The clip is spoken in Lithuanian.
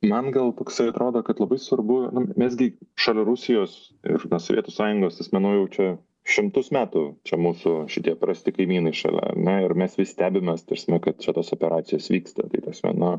man gal toksai atrodo kad labai svarbu mes gi šalia rusijos ir sovietų sąjungos asmenų jau čia šimtus metų čia mūsų šitie prasti kaimynai šalia ar ne ir mes vis stebimės ta prasme kad čia tos operacijos vyksta tai ta prasme